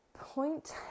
point